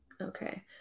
Okay